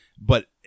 but-